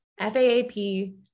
faap